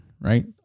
right